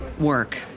work